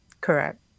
Correct